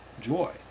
joy